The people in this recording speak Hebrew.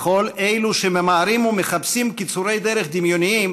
לכל אלה שממהרים ומחפשים קיצורי דרך דמיוניים